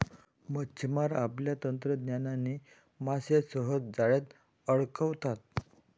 मच्छिमार आपल्या तंत्रज्ञानाने मासे सहज जाळ्यात अडकवतात